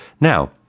Now